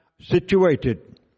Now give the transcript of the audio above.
situated